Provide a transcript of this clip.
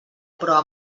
però